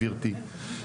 גברתי,